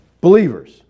believers